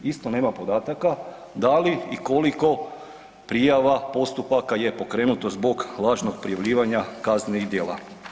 Isto nema podataka da li i koliko prijava, postupaka je pokrenuto zbog lažnog prijavljivanja kaznenih djela.